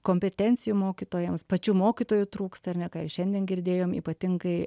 kompetencijų mokytojams pačių mokytojų trūksta ar ne ką ir šiandien girdėjom ypatingai